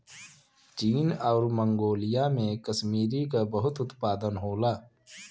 चीन आउर मन्गोलिया में कसमीरी क बहुत उत्पादन होला